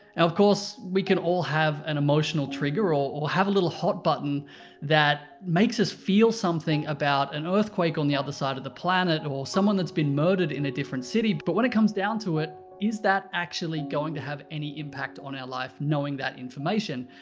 of course, can all have an emotional trigger or or have a little hot button that makes us feel something about an earthquake on the other side of the planet or someone that's been murdered in a different city. but when it comes down to it, is that actually going to have any impact on our life knowing that information?